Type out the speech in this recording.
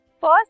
First